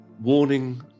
...warning